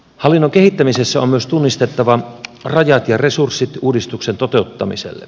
hallinnon kehittämisessä on myös tunnistettava rajat ja resurssit uudistuksen toteuttamiselle